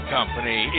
Company